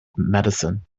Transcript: medicine